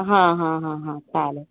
हां हां हां हां चालेल